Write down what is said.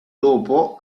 dopo